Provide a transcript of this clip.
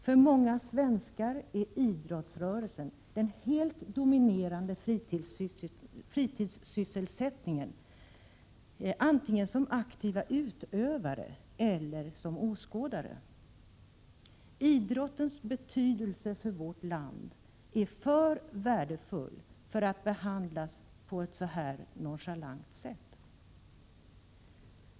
För många svenskar är idrotten den helt dominerande fritidssysselsättningen, antingen som aktiva utövare eller som åskådare. Idrottens betydelse för vårt land är för värdefull för att behandlas på ett så här nonchalant sätt.